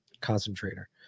concentrator